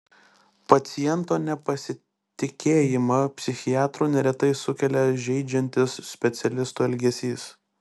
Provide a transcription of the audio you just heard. paciento nepasitikėjimą psichiatru neretai sukelia žeidžiantis specialistų elgesys